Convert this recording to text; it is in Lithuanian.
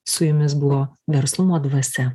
su jumis buvo verslumo dvasia